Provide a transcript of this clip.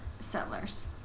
settlers